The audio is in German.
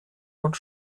und